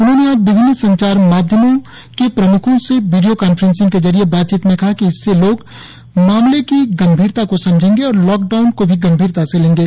उन्होंने आज विभिन्न संचार माध्यमों के प्रम्खों से वीडियो कांफ्रेंसिंग के जरिए बातचीत में कहा कि इससे लोग मामले की गंभीरता को समझेंगे और लॉकडाउन को भी गंभीरता से लेंगे